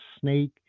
snake